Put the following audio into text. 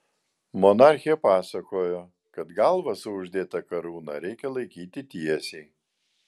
monarchė pasakojo kad galvą su uždėta karūna reikia laikyti tiesiai